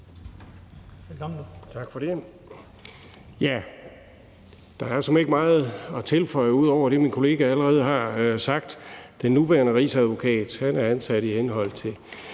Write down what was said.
Preben Bang Henriksen (V): Der er såmænd ikke meget at tilføje til det, som min kollega allerede har sagt. Den nuværende rigsadvokat er ansat i henhold til